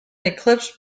eclipsed